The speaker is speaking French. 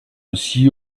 aussi